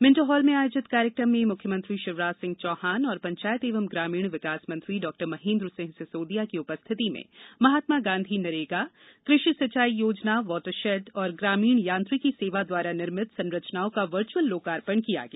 Minto hall में आयोजित कार्यक्रम में मुख्यमंत्री शिवराज सिंह चौहान और पंचायत एवं ग्रामीण विकास मंत्री डॉ महेंद्र सिंह सिसोदिया की उपस्थिति में महात्मा गाँधी नरेगा कृषि सिंचाई योजना वॉटर शेड और ग्रामीण यांत्रिकी सेवा द्वारा निर्मित संरचनाओं का वर्चुअल लोकार्पण किया गया